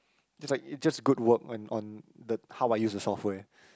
it's like it's just good work on on the how I use the software